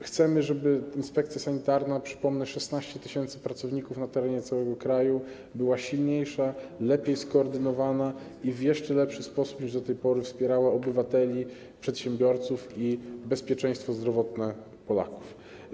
Chcemy, żeby inspekcja sanitarna, przypomnę, że chodzi o 16 tys. pracowników na terenie całego kraju, była silniejsza, lepiej skoordynowana i w jeszcze lepszy sposób niż do tej pory wspierała obywateli, przedsiębiorców, jeżeli chodzi o bezpieczeństwo zdrowotne Polaków.